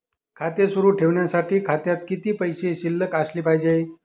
खाते सुरु ठेवण्यासाठी खात्यात किती पैसे शिल्लक असले पाहिजे?